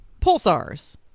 Pulsars